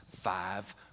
five